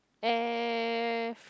F